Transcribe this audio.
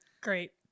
Great